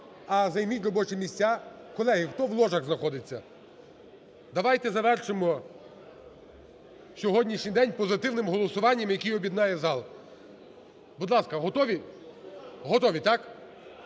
а займіть робочі місця. Колеги, хто в ложах знаходиться? Давайте завершимо сьогоднішній день позитивним голосуванням, який об'єднає зал. Будь ласка, готові? Готові, так?